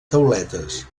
tauletes